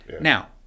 Now